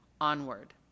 onward